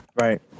right